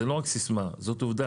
זה לא רק סיסמה זו עובדה.